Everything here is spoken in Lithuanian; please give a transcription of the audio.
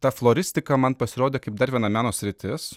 ta floristika man pasirodė kaip dar viena meno sritis